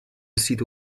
sito